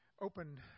open